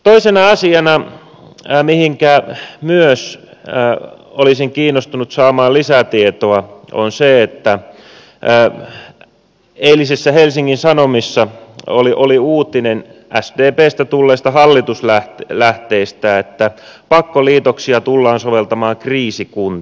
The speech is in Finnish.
toisena asiana mihinkä myös olisin kiinnostunut saamaan lisätietoa on se että eilisissä helsingin sanomissa oli uutinen sdpstä tulleista hallituslähteiden tiedoista että pakkoliitoksia tullaan soveltamaan kriisikuntiin